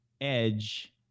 Edge